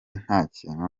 ntakintu